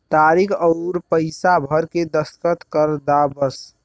तारीक अउर पइसा भर के दस्खत कर दा बस